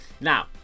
Now